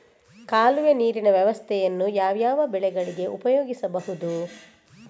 ಕಾಲುವೆ ನೀರಿನ ವ್ಯವಸ್ಥೆಯನ್ನು ಯಾವ್ಯಾವ ಬೆಳೆಗಳಿಗೆ ಉಪಯೋಗಿಸಬಹುದು?